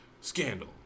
scandal